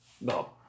No